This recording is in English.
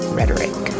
rhetoric